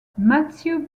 matthew